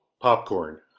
popcorn